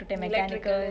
electrical